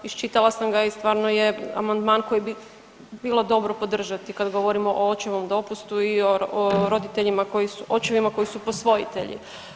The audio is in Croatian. Iščitala sam ga i stvarno je amandman koji bi bilo dobro podržati kad govorimo o očevom dopustu i o roditeljima, očevima koji su posvojitelji.